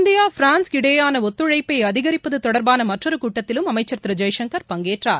India France இடையேயான ஒத்துழைப்பை அதிகரிப்பது தொடர்பான மற்றொரு கூட்டத்திலும் அமைச்சர் திரு ஜெய்சங்கர் பங்கேற்றார்